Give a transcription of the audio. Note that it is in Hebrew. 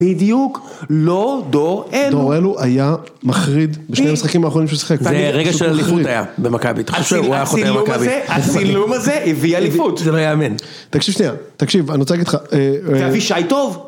בדיוק לא דור אלו, דור אלו היה מחריד בשני המשחקים האחרונים ששיחק. זה רגע של אליפות היה במכבי. הצילום הזה, הצילום הזה הביא אליפות. זה לא יאמן. תקשיב שנייה, תקשיב, אני רוצה להגיד לך... ואבישי טוב.